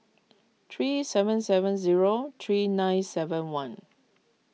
three seven seven zero three nine seven one